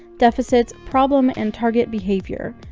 deficits, problem, and target behavior.